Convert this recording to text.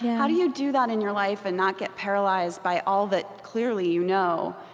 how do you do that in your life and not get paralyzed by all that, clearly, you know?